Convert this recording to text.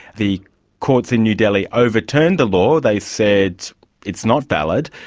the courts in new delhi overturned the law, they said it's not valid.